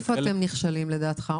איפה אתם נכשלים לדעתך?